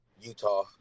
Utah